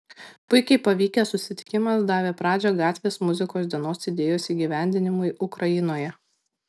puikiai pavykęs susitikimas davė pradžią gatvės muzikos dienos idėjos įgyvendinimui ukrainoje